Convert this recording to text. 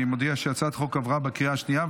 אני מודיע שהצעת החוק עברה בקריאה השנייה.